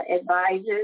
Advisors